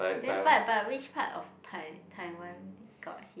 then but but which part of Tai~ Taiwan got hit